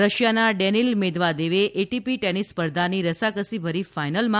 રશિયાના દેનીલ મેદવાદેવે ATP tennis સ્પર્ધાની રસાકસીભરી ફાઈનલમાં